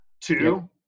two